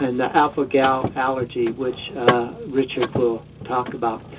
and the alpha-gal allergy, which richard will talk about.